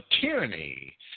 tyranny